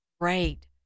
great